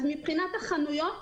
מבחינת החנויות,